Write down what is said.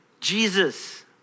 Jesus